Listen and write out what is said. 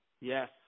Yes